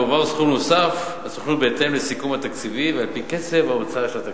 יועבר סכום נוסף לסוכנות בהתאם לסיכום התקציבי ועל-פי קצב הוצאת התקציב.